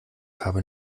habe